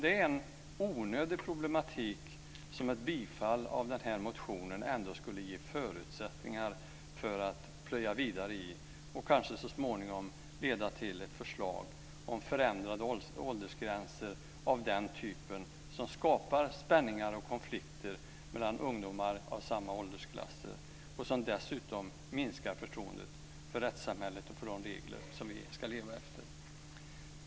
Det är onödiga problem som ett bifall av denna motion ändå skulle ge förutsättningar att plöja vidare i, för att kanske så småningom leda till ett förslag om förändrade åldersgränser av den typen som skapar spänningar och konflikter mellan ungdomar i samma åldersklasser och som dessutom minskar förtroendet för rättssamhället och de regler som vi ska leva efter.